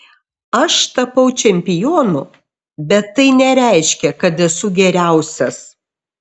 aš tapau čempionu bet tai nereiškia kad esu geriausias